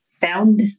found